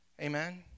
Amen